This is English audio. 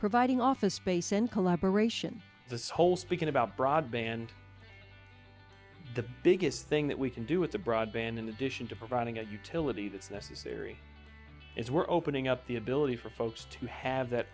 providing office space and collaboration this whole speaking about broadband the biggest thing that we can do with the broadband in addition to providing a utility that's necessary is we're opening up the ability for folks to have that